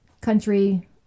country